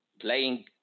playing